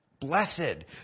Blessed